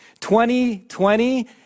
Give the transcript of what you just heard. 2020